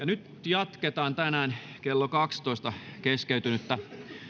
nyt jatketaan tänään kello kaksitoista keskeytynyttä